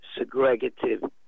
segregative